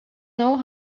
know